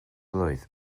blwydd